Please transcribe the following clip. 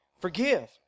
forgive